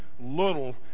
little